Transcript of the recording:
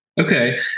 Okay